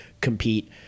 compete